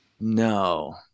No